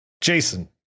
Jason